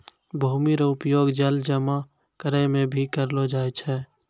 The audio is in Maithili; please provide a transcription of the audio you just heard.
भूमि रो उपयोग जल जमा करै मे भी करलो जाय छै